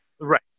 Right